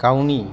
गावनि